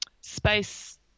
space